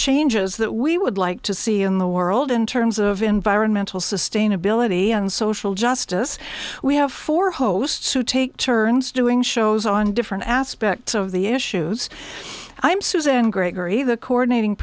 changes that we would like to see in the world in terms of environmental sustainability and social justice we have four hosts who take turns doing shows on different aspects of the issues i am suzanne gregory the coordinating